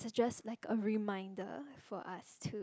just like a reminder for us to